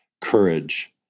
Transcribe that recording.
courage